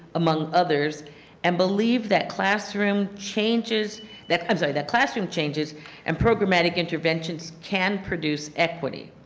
among others and believe that classroom changes that um so that classroom changes and programmatic interventions can produce equity.